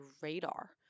radar